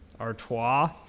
Artois